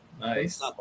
Nice